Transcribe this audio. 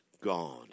God